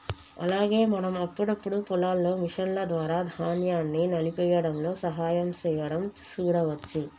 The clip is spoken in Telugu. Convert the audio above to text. అలాగే మనం అప్పుడప్పుడు పొలాల్లో మిషన్ల ద్వారా ధాన్యాన్ని నలిపేయ్యడంలో సహాయం సేయడం సూడవచ్చు